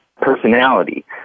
personality